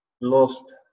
lost